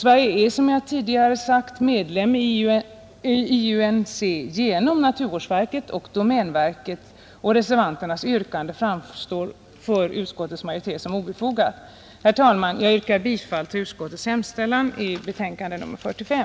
Sverige är, som jag tidigare sagt, medlem i IUCN genom naturvårdsverket och domänverket, och reservanternas yrkande framstår för utskottets majoritet som obefogat. Herr talman! Jag yrkar bifall till utskottets hemställan i betänkande nr 45.